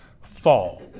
fall